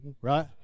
right